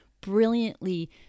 brilliantly